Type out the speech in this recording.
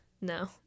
no